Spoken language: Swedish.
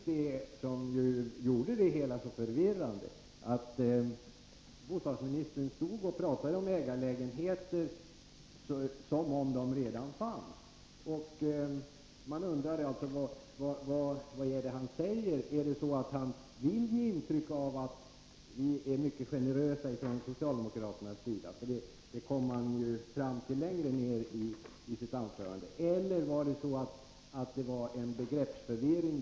Herr talman! Det var just det som gjorde det hela så förvirrande — att bostadsministern stod och talade om ägarlägenheter som om de redan fanns. Man undrade alltså: Vad är det han säger? Vill han ge intryck av att man är mycket generös från socialdemokraternas sida? Det kom han nämligen till längre fram i sitt anförande. Eller var det fråga om en begreppsförvirring?